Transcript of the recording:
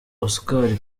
oscar